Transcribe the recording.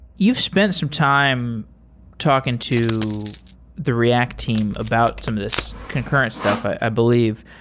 you've spent some time talking to the react team about some of this concurrent stuff, i believe.